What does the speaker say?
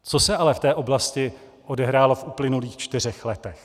Co se ale v té oblasti odehrálo v uplynulých čtyřech letech?